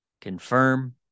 confirm